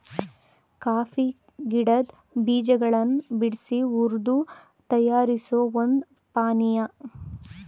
coffee ಗಿಡದ್ ಬೀಜಗಳನ್ ಬಿಡ್ಸಿ ಹುರ್ದು ತಯಾರಿಸೋ ಒಂದ್ ಪಾನಿಯಾ